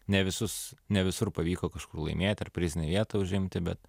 ne visus ne visur pavyko kažkur laimėti prizinę vietą užimti bet